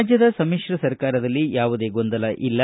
ರಾಜ್ಯದ ಸಮಿತ್ರ ಸರಕಾರದಲ್ಲಿ ಯಾವುದೇ ಗೊಂದಲ ಇಲ್ಲ